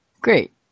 Great